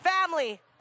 family